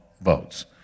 votes